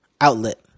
outlet